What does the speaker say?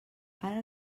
ara